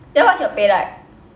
then what's your pay like